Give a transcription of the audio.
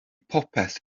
popeth